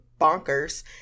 bonkers